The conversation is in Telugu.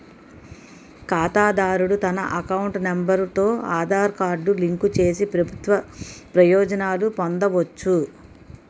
ఖాతాదారుడు తన అకౌంట్ నెంబర్ తో ఆధార్ కార్డు లింక్ చేసి ప్రభుత్వ ప్రయోజనాలు పొందవచ్చు